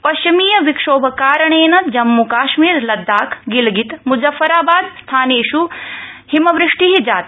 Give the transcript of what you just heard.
पश्चिमीय विक्षोभकारणेन जम्मूकाश्मीर लद्दाख गिलगित मुजफ्फराबाद स्थानेष् हिमवृष्टि जाता